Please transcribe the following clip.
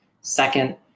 second